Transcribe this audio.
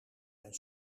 mijn